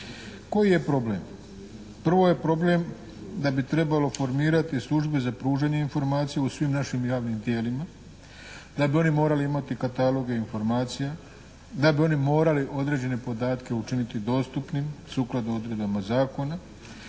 Koji je problem? Prvo je problem da bi trebalo formirati službe za pružanje informacija u svim našim javnim tijelima. Da bi one morale imati kataloge informacija, da bi one morali određene podatke učiniti dostupnim, sukladno odredbama zakona.